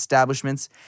establishments